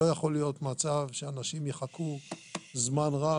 לא יכול להיות מצב שאנשים יחכו זמן רב.